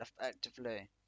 effectively